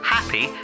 Happy